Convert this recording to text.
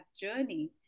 journey